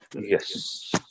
Yes